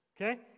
Okay